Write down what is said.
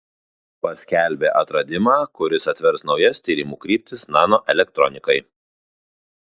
paskelbė atradimą kuris atvers naujas tyrimų kryptis nanoelektronikai